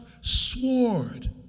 sword